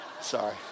Sorry